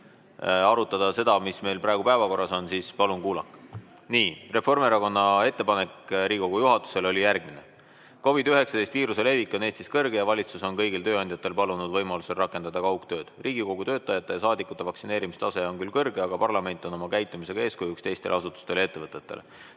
arutada seda, mis meil praegu päevakorras on, siis palun kuulake. Nii. Reformierakonna ettepanek Riigikogu juhatusele oli järgmine. "COVID‑19 viiruse levik on Eestis kõrge ja valitsus on kõigil tööandjatel palunud võimalusel rakendada kaugtööd. Riigikogu töötajate ja saadikute vaktsineerimistase on küll kõrge, aga parlament on oma käitumisega eeskujuks teistele asutustele ja ettevõtetele.